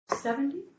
Seventy